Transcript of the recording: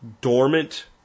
dormant